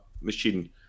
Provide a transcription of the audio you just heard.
machine